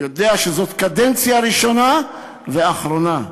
הוא יודע שזו קדנציה ראשונה ואחרונה,